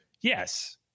Yes